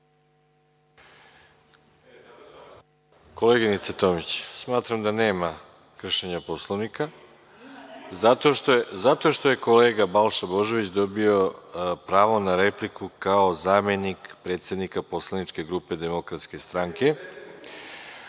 Koleginice Tomić, smatram da nema kršenja Poslovnika, zato što je kolega Balša Božović dobio pravo na repliku kao zamenik predsednika Poslaničke grupe DS, a to